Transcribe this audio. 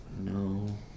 No